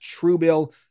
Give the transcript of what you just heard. Truebill